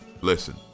Listen